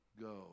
go